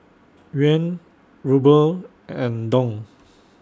Yuan Ruble and Dong